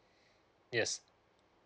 yes